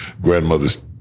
grandmother's